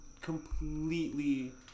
completely